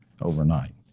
overnight